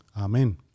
Amen